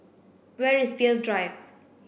where is Peirce Drive